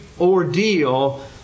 ordeal